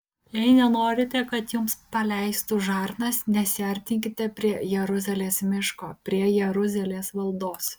jei nenorite kad jums paleistų žarnas nesiartinkite prie jeruzalės miško prie jeruzalės valdos